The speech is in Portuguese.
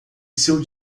seu